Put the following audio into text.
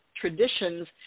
traditions